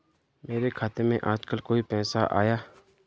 मेरे खाते में आजकल कोई पैसा आया?